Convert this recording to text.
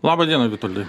laba diena vitoldai